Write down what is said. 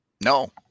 No